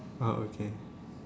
ah okay